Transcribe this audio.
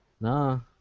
No